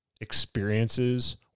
experiences